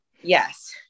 Yes